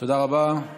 תודה רבה.